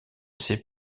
ses